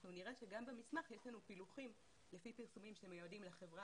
אנחנו נראה שגם במסמך יש לנו פילוחים לפי פרסומים שמיועדים לחברה